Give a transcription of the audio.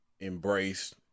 embraced